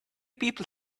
people